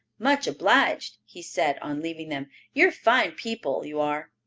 much obliged, he said on leaving them. you're fine people, you are,